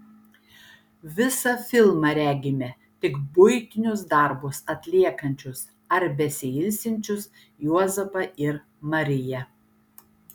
visą filmą regime tik buitinius darbus atliekančius ar besiilsinčius juozapą ir mariją